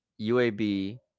UAB